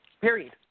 Period